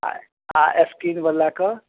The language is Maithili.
आ आ स्क्रीन बला कऽ